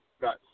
got